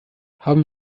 haben